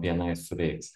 bni suveiks